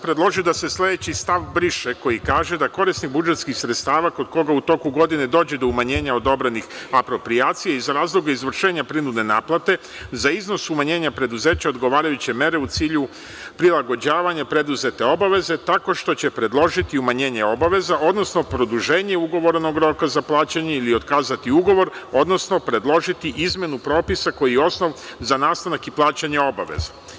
Predložio sam da se sledeći stav briše, koji kaže da korisnik budžetskih sredstava kod koga u toku godine dođe do umanjenja odobrenih aproprijacija iz razloga izvršenja prinudne naplate za iznos umanjenja preduzeće odgovarajuće mere u cilju prilagođavanja preduzete obaveze tako što će predložiti umanjenje obaveza, odnosno produženje ugovorenog roka za plaćanje ili otkazati ugovor, odnosno predložiti izmenu propisa koji je osnov za nastanak i plaćanje obaveza.